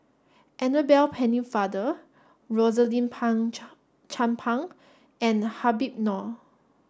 Annabel Pennefather Rosaline Pang Chan Chan Pang and Habib Noh